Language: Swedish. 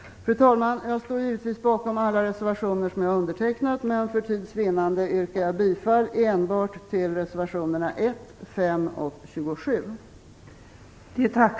Fru talman! Jag står givetvis bakom alla reservationer som jag har undertecknat, men för tids vinnande yrkar jag bifall enbart till reservationerna 1, 5 och